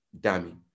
Dami